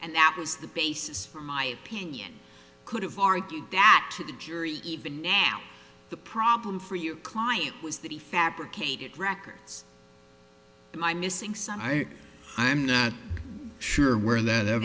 and that was the basis for my opinion could have argued that the jury even now the problem for you client was that he fabricated records i'm missing some i i'm not sure where th